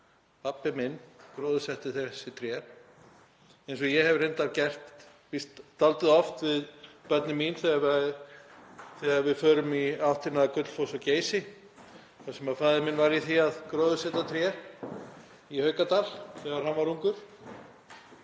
Pabbi minn gróðursetti þessi tré — eins og ég hef reyndar sagt dálítið oft við börnin mín þegar við förum í átt að Gullfossi og Geysi þar sem faðir minn var í því að gróðursetja tré í Haukadal þegar hann var ungur.